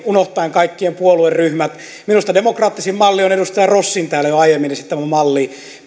unohtaen kaikkien puolueryhmät minusta demokraattisin malli on edustaja rossin täällä jo aiemmin esittämä malli